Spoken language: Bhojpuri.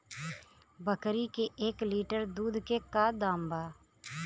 बकरी के एक लीटर दूध के का दाम बा?